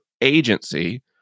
agency